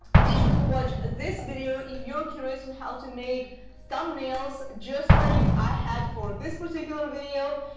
be sure to watch this video if you're curious on how to make thumbnails just like i had for this particular video.